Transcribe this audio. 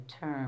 term